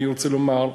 שאני רוצה לומר,